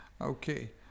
Okay